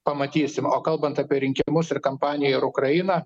pamatysim o kalbant apie rinkimus ir kampaniją ir ukrainą